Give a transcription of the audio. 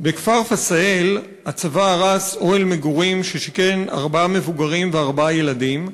בכפר פסאיל הצבא הרס אוהל מגורים ששיכן ארבעה מבוגרים וארבעה ילדים,